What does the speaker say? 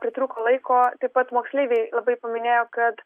pritrūko laiko taip pat moksleiviai labai paminėjo kad